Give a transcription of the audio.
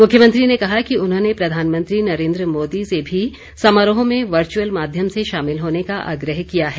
मुख्यमंत्री ने कहा कि उन्होंने प्रधानमंत्री नरेंद्र मोदी से भी समारोह में वर्चअल माध्यम से शामिल होने का आग्रह किया है